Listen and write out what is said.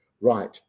right